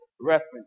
reference